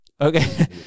Okay